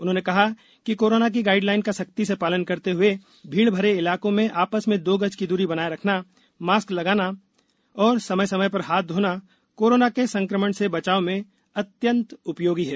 उन्होंने कहा कि कोरोना की गाइड लाइन का सख्ती से पालन करते हुए भीड़ भरे इलाकों में आपस में दो गज की दूरी बनाए रखना मास्क लगाना और समय समय पर हाथ धोना कोरोना के संक्रमण से बचाव में अत्यंत उपयोगी है